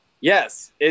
Yes